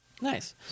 Nice